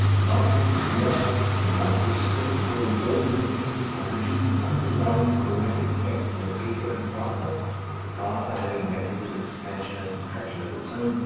lime, mortar, and microscopical organisms are producing undesigned chromatic effects in the paper and plaster the plaster, having methods of expansion and contraction of its own,